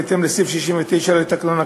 בהתאם לסעיף 69 לתקנון הכנסת.